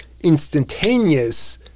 instantaneous